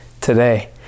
today